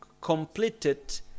completed